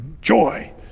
joy